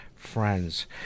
friends